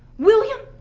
william?